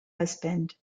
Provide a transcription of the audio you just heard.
husband